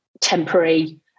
temporary